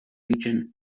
region